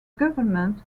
government